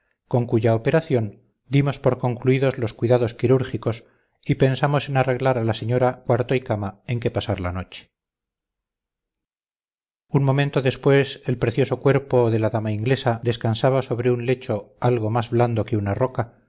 con cuya operación dimos por concluidos los cuidados quirúrgicos y pensamos en arreglar a la señora cuarto y cama en que pasar la noche un momento después el precioso cuerpo de la dama inglesa descansaba sobre un lecho algo más blando que una roca